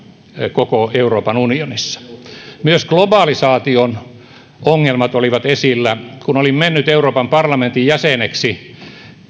koko euroopan unionissa myös globalisaation ongelmat olivat esillä kun olin mennyt euroopan parlamentin jäseneksi